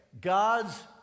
God's